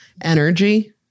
energy